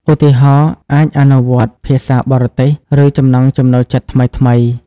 ឧទាហរណ៍ អាចបន្តអនុវត្តភាសាបរទេស ឬចំណង់ចំណូលចិត្តថ្មីៗ។